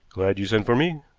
glad you sent for me,